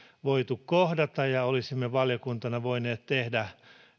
voitu kohdata ja olisimme valiokuntana voineet tehdä